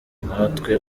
nkatwe